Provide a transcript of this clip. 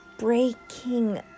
Breaking